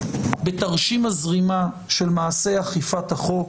בתרשים הזרימה של מעשי אכיפת החוק.